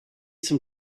some